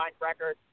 record